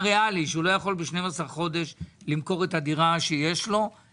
ריאלי שהוא לא יוכל למכור את הדירה שיש לו ב-12 חודשים,